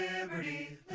Liberty